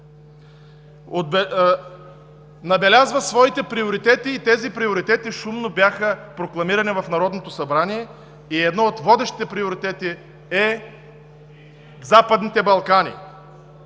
набелязва своите приоритети и те бяха шумно прокламирани в Народното събрание и един от водещите приоритети е Западните Балкани.